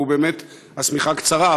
ובאמת השמיכה קצרה,